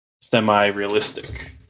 semi-realistic